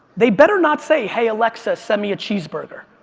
they better not say, hey, alexa, send me a cheeseburger.